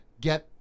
get